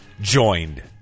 joined